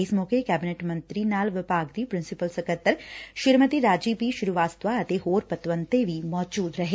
ਇਸ ਮੌਕੇ ਕੈਬਨਿਟ ਮੰਤਰੀ ਨਾਲ ਵਿਭਾਗ ਦੀ ਪ੍ਰਿੰਸੀਪਲ ਸਕੱਤਰ ਸ੍ਰੀਮਤੀ ਰਾਜੀ ਪੀ ਸ੍ਰੀਵਾਸਤਵਾ ਅਤੇ ਹੋਰ ਪਤਵੰਤੇ ਵੀ ਮੌਜੁਦ ਸਨ